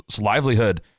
livelihood